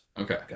Okay